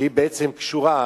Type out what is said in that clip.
שבעצם קשורה,